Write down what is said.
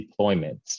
deployments